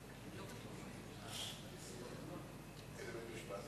המגזר השלישי והשני, 6 מיליונים, זה דבר מבורך.